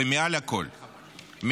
ומעל הכול אני